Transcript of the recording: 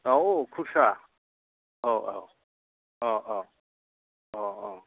औ खुरसा औ औ अ अ अ अ